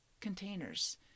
containers